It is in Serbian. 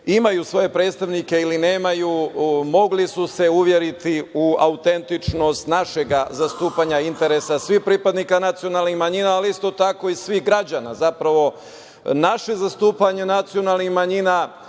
imaju svoje predstavnike ili nemaju, mogli su se uveriti u autentičnost našeg zastupanja interesa svih pripadnika nacionalnih manjina, ali isto tako i svih građana. Zapravo, naše zastupanje nacionalnih manjina